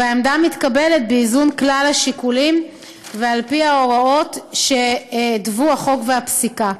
והעמדה מתקבלת באיזון כלל השיקולים ועל פי ההוראות שהתוו החוק והפסיקה.